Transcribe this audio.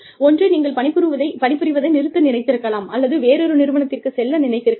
ஒன்று நீங்கள் பணிபுரிவதை நிறுத்த நினைத்திருக்கலாம் அல்லது வேறொரு நிறுவனத்திற்குச் செல்ல நினைத்திருக்கலாம்